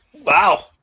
Wow